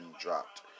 dropped